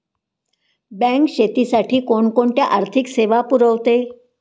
Bank शेतीसाठी कोणकोणत्या आर्थिक सेवा पुरवते?